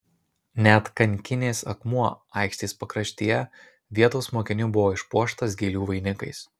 net kankinės akmuo aikštės pakraštyje vietos mokinių buvo išpuoštas gėlių vainikais